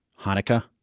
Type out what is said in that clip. Hanukkah